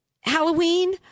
Halloween